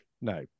no